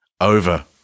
over